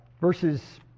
Verses